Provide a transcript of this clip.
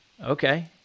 okay